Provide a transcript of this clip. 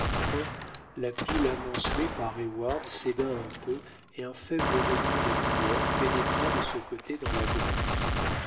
enfin la pile amoncelée par heyward céda un peu et un faible rayon de lumière pénétra de ce côté dans la grotte